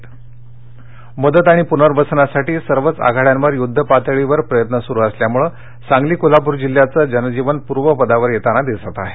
परग्रस्त मदत मदत आणि पूनर्वसनासाठी सर्वच आघाड्यांवर युद्धपातळीवर प्रयत्न सुरू असल्यामुळे सांगली कोल्हापूर जिल्ह्याचे जनजीवन पूर्वपदावर येताना दिसत आहे